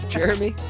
Jeremy